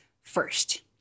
first